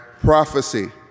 prophecy